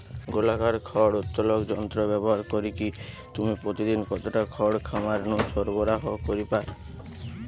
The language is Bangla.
গোলাকার খড় উত্তোলক যন্ত্র ব্যবহার করিকি তুমি প্রতিদিন কতটা খড় খামার নু সরবরাহ করি পার?